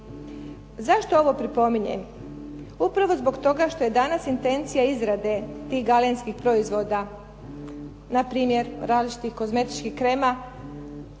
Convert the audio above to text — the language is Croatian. Zašto ovo pripominjem? Upravo zbog toga što je danas intencija izrade tih galenskih proizvoda, na primjer različitih kozmetičkih krema